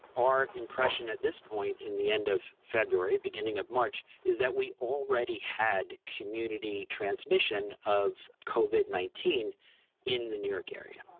our impression at this point, in the end of february, beginning of march, is that we already had community transmission of covid nineteen in the new york area.